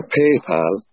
paypal